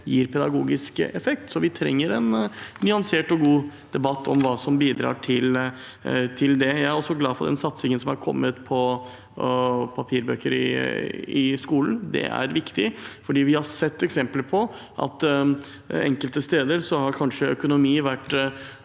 gir pedagogisk effekt. Vi trenger en nyansert og god debatt om hva som bidrar til det. Jeg er også glad for satsingen som har kommet på papirbøker i skolen. Det er viktig fordi vi har sett eksempler på at økonomi enkelte steder kanskje har vært